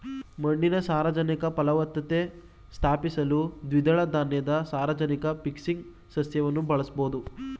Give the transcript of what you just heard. ಮಣ್ಣಿನ ಸಾರಜನಕ ಫಲವತ್ತತೆ ಸ್ಥಾಪಿಸಲು ದ್ವಿದಳ ಧಾನ್ಯದ ಸಾರಜನಕ ಫಿಕ್ಸಿಂಗ್ ಸಸ್ಯವನ್ನು ಬಳಸ್ಬೋದು